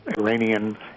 iranian